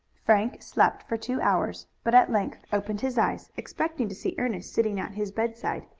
frank slept for two hours, but at length opened his eyes, expecting to see ernest sitting at his bedside.